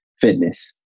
fitness